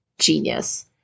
genius